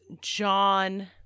John